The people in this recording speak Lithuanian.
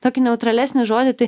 tokį neutralesnį žodį tai